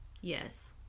Yes